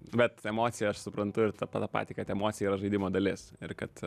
bet emociją aš suprantu ir tapa ta patį kad emocija yra žaidimo dalis ir kad